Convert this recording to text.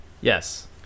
Yes